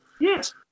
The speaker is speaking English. yes